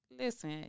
listen